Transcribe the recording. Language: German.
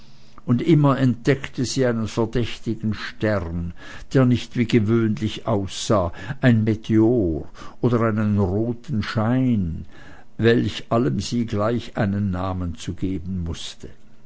und immer entdeckte sie einen verdächtigen stern der nicht wie gewöhnlich aussah ein meteor oder einen roten schein welch allem sie gleich einen namen zu geben wußte